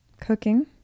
Cooking